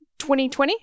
2020